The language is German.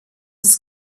ist